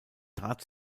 trat